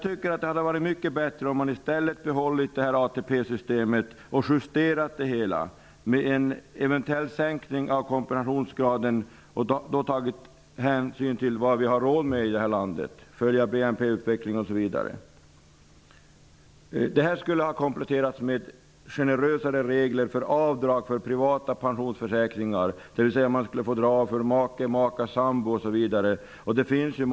Det hade varit mycket bättre om man i stället hade behållit ATP-systemet och justerat det med en eventuell sänkning av kompensationsgraden och då tagit hänsyn till vad vi har råd med i detta land med hänsyn till BNP:s utveckling osv. Man skulle ha kompletterat med generösare regler för avdrag för privata pensionsförsäkringar, dvs. man skulle få dra av för make, maka och sambo.